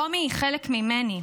רומי היא חלק ממני,